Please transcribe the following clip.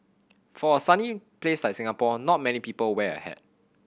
for a sunny place like Singapore not many people wear a hat